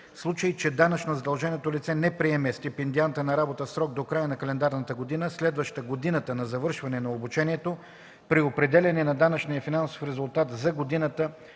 случай че данъчно задълженото лице не приеме стипендианта на работа в срок до края на календарната година, следваща годината на завършване на обучението, при определяне на данъчния финансов резултат за годината